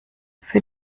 für